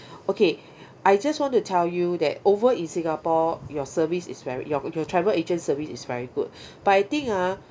okay I just want to tell you that over in singapore your service is very your your travel agent service is very good but I think ah